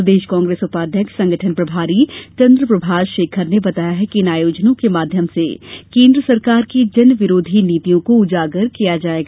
प्रदेश कांग्रेस उपाध्यक्ष संगठन प्रभारी चन्द्रप्रभाष शेखर ने बताया कि इन आयोजनों के माध्यम से केन्द्र सरकार की जन विरोधी नीतियों को उजागर किया जायेगा